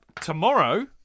Tomorrow